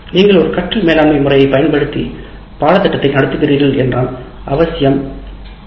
நீங்கள் ஒரு கற்றல் மேலாண்மை முறையைப் பயன்படுத்தி பாடத்திட்டத்தை நடத்துகிறீர்கள் என்றால் அவசியம் எல்